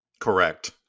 Correct